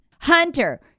Hunter